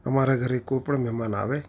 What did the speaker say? અમારા ઘરે કોઈપણ મહેમાન આવે